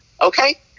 Okay